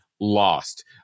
lost